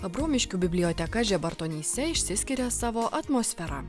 abromiškių biblioteka žebertonyse išsiskiria savo atmosfera